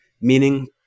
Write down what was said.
meaning